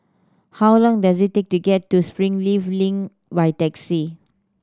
how long does it take to get to Springleaf Link by taxi